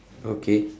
okay